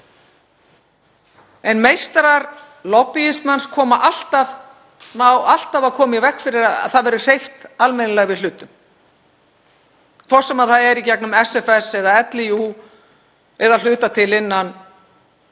en meistarar lobbýismans koma alltaf í veg fyrir að það verði hreyft almennilega við hlutum, hvort sem það er í gegnum SFS eða LÍÚ eða að hluta til innan